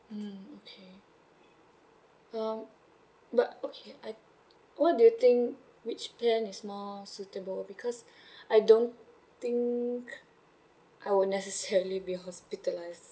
mm okay um but okay I what do you think which plan is more suitable because I don't think I would necessarily be hospitalized